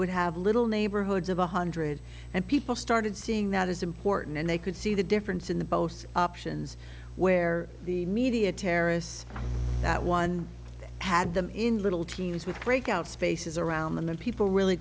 would have little neighborhoods of a hundred and people started seeing that as important and they could see the difference in the both options where the media terrorists that one had them in little teams with breakout spaces around them and people really